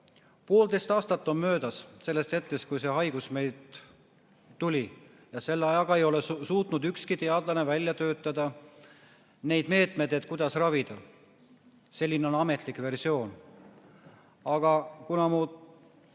Poolteist aastat on möödas sellest hetkest, kui see haigus meile tuli, selle ajaga ei ole suutnud ükski teadlane välja töötada neid meetmed, kuidas seda ravida. Selline on ametlik versioon. Aga kuna mu